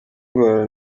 ndwara